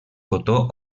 cotó